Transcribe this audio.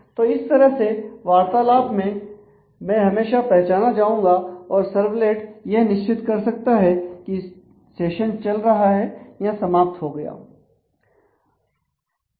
तो इस तरह से वार्तालाप में मैं हमेशा पहचाना जाऊंगा और सर्वलेट यह निश्चित कर सकता है की सेशन चल रहा है या समाप्त हो गया